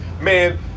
man